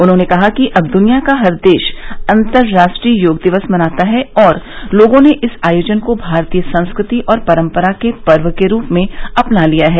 उन्होंने कहा कि अब दुनिया का हर देश अंतरराष्ट्रीय योग दिवस मनाता है और लोगों ने इस आयोजन को भारतीय संस्कृति और परंपरा के पर्व के रुप में अपना लिया है